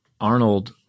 Arnold